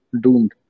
doomed